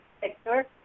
sector